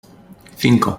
cinco